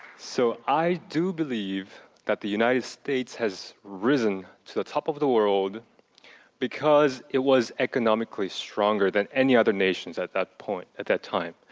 so i do believe that the united states has ridden to the top of the world because it was economically stronger than any other nations at that point, at that time.